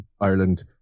Ireland